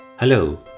hello